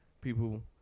people